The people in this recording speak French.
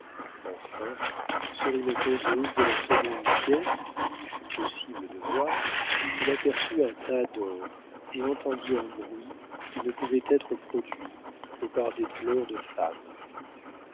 enfin sur une causeuse de la seconde pièce qu'il lui fut possible de voir il aperçut un tas d'or et entendit un bruit qui ne pouvait être produit que par des pleurs de femme